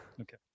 Okay